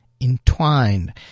entwined